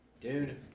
Dude